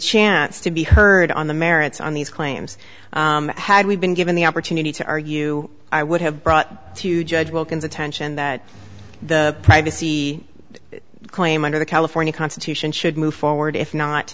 chance to be heard on the merits on these claims had we been given the opportunity to argue i would have brought to judge wilkins attention that the privacy claim under the california constitution should move forward if not